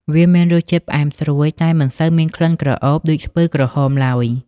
វាមានរសជាតិផ្អែមស្រួយ តែមិនសូវមានក្លិនក្រអូបដូចស្ពឺក្រហមឡើយ។